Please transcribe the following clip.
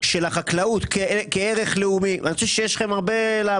לא יקום ולא יהיה, זה לקבור את חקלאות ישראל.